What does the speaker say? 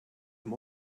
them